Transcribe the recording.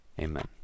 Amen